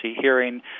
hearing